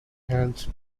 hands